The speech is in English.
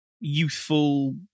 youthful